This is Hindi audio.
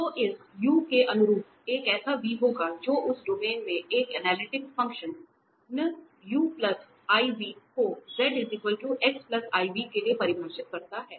तो इस u के अनुरूप एक ऐसा v होगा जो उस डोमेन D में एक एनालिटिक फंक्शन u iv को z x iy के लिए परिभाषित करता है